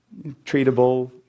Treatable